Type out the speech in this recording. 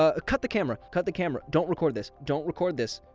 ah cut the camera! cut the camera! don't record this! don't record this!